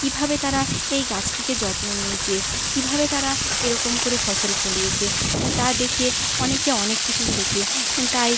কীভাবে তারা এই গাছটিকে যত্ন নিয়েছে কীভাবে তারা এরকম করে ফসল ফলিয়েছে তা দেখে অনেকে অনেক কিছু শেখে তাই